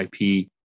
IP